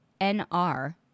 NR